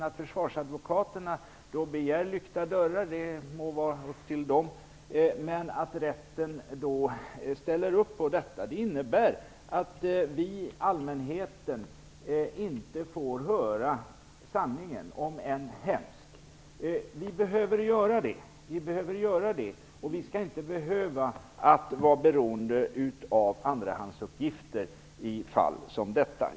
Att försvarsadvokaterna begär lyckta dörrar må vara en sak, men att rätten ställer upp på detta innebär att vi, allmänheten, inte får höra sanningen, om än hemsk. Vi behöver få höra sanningen, vi behöver göra det, och vi skall inte behöva vara beroende av andrahandsuppgifter i fall som detta.